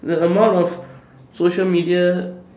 the amount of social media